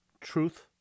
Truth